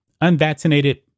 unvaccinated